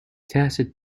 tacit